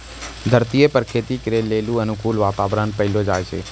धरतीये पर खेती करै लेली अनुकूल वातावरण पैलो जाय छै